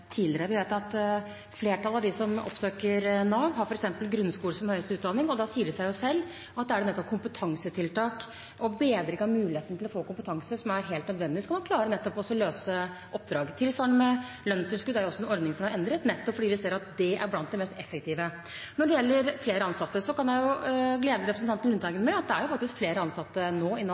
tidligere. Vi vet at flertallet av dem som oppsøker Nav, f.eks. har grunnskole som høyeste utdanning, og da sier det seg selv at det nettopp er kompetansetiltak og bedring av mulighetene til å få kompetanse som er helt nødvendig skal man klare nettopp å løse oppdraget. Tilsvarende er det med lønnstilskudd – det er også en ordning som er endret nettopp fordi vi ser at den er blant de mest effektive. Når det gjelder flere ansatte, kan jeg glede representanten Lundteigen med at det faktisk er flere ansatte i Nav nå enn det har vært tidligere – 500 flere ansatte i